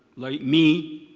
like me,